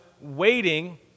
waiting